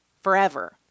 forever